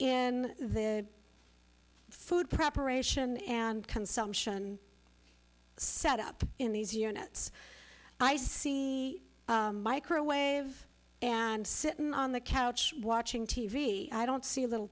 in the food preparation and consumption set up in these units i see microwave and sit in on the couch watching t v i don't see little